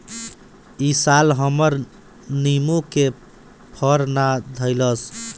इ साल हमर निमो के फर ना धइलस